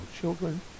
children